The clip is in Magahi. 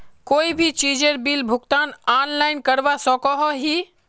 कोई भी चीजेर बिल भुगतान ऑनलाइन करवा सकोहो ही?